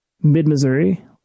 mid-Missouri